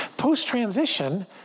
Post-transition